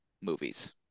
movies